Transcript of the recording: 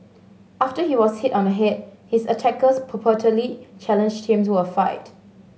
after he was hit on the head his attackers purportedly challenged him to a fight